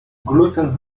gluten